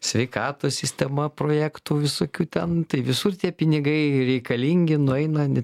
sveikatos sistema projektų visokių ten visur tie pinigai reikalingi nueina ne